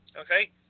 okay